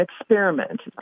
experiment